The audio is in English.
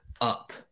up